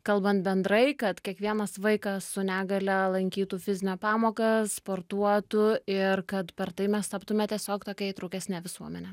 kalbant bendrai kad kiekvienas vaikas su negalia lankytų fizinio pamoką sportuotų ir kad per tai mes taptume tiesiog tokia įtraukesne visuomene